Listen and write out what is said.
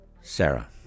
Sarah